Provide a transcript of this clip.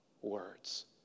words